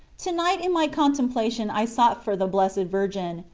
to-night in my contemplation i sought for the blessed virgin,